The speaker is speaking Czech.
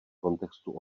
kontextu